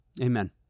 amen